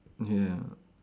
ya